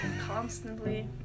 constantly